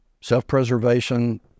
self-preservation